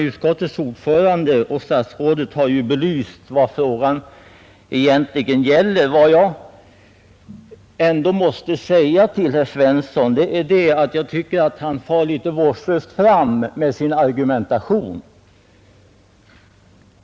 Utskottets ordförande och statsrådet har ju belyst vad frågan egentligen gäller. Men jag måste till herr Svensson säga att jag tycker att han far litet vårdslöst fram med sin argumentation.